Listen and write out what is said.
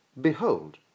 behold